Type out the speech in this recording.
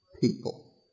people